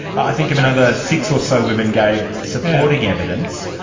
i think of another six or so women gave supporting evidence.